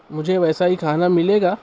مجھے ویسا ہی کھانا ملے گا